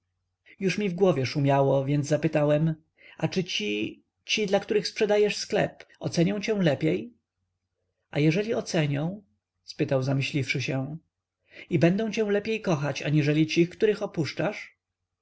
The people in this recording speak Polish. już mi w głowie szumiało więc zapytałem a czy ci ci dla których sprzedajesz sklep ocenią cię lepiej a jeżeli ocenią spytał zamyśliwszy się i będą cię lepiej kochać aniżeli ci których opuszczasz